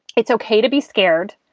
it's ok to be scared,